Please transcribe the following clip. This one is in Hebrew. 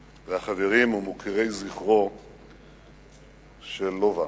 והחברים, ומוקירי זכרו של לובה,